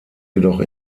jedoch